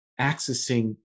accessing